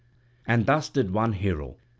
and thus did one hero,